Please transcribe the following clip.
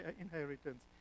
inheritance